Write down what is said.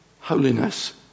holiness